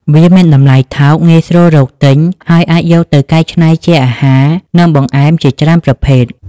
វាមានតម្លៃថោក ងាយស្រួលរកទិញ ហើយអាចយកទៅកែច្នៃជាអាហារ និងបង្អែមជាច្រើនប្រភេទ។